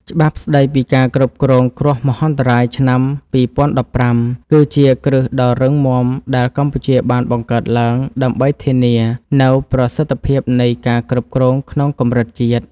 ច្បាប់ស្តីពីការគ្រប់គ្រងគ្រោះមហន្តរាយឆ្នាំ ២០១៥ គឺជាគ្រឹះដ៏រឹងមាំដែលកម្ពុជាបានបង្កើតឡើង ដើម្បីធានានូវប្រសិទ្ធភាពនៃការគ្រប់គ្រងក្នុងកម្រិតជាតិ។